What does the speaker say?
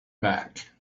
back